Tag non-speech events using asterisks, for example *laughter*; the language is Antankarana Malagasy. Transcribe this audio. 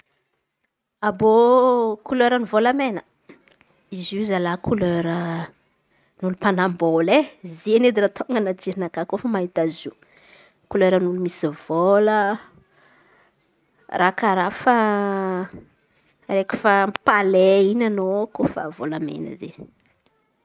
*hesitation* Koleran'ny vôlamena izy io zalahy kolera ny olo mpan̈ambola e. Zen̈y edy anaty jerinakà rehefa mahita azy io; koleran'olo misy vôla raha karà fa raiky fa amy pale in̈y anô rehefa vôlamena zay.